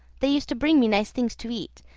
they used to bring me nice things to eat,